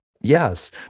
yes